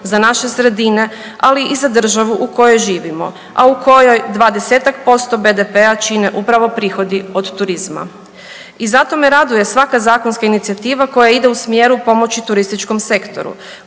za naše sredine, ali i za državu u kojoj živimo, a u kojoj 20-tak posto BDP-a čine upravo prihodi od turizma. I zato me raduje svaka zakonska inicijativa koja ide u smjeru pomoći turističkom sektoru